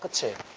ah to